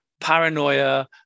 paranoia